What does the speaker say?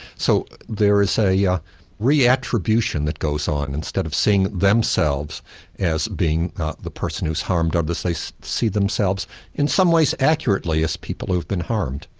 so there is a yeah re-attribution that goes on. instead of seeing themselves as being not the person who has harmed, but they so see themselves in some ways accurately as people who have been harmed.